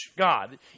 God